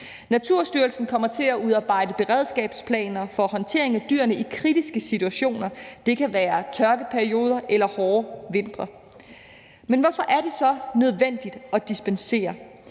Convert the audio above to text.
Naturstyrelsen kommer til at udarbejde beredskabsplaner for håndtering af dyrene i kritiske situationer. Det kan være tørkeperioder eller hårde vintre. Men hvorfor er det så nødvendigt at dispensere?